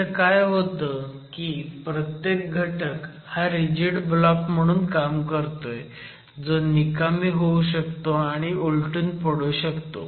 इथं काय होतं की प्रत्येक घटक हा रिजिड ब्लॉक म्हणून काम करतोय जो निकामी होऊ शकतो आणि उलटून पडू शकतो